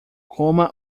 coma